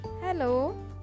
Hello